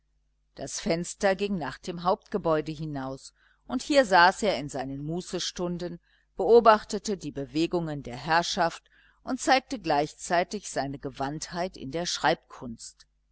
das fenster ging nach dem hauptgebäude hinaus und hier saß er in seinen mußestunden beobachtete die bewegungen der herrschaft und zeigte gleichzeitig seine gewandtheit in der schreibkunst